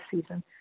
season